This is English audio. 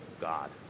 God